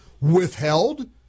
withheld